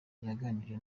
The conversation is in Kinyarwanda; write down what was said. yaganiriye